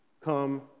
come